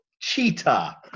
Cheetah